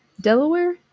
Delaware